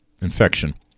infection